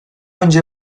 önce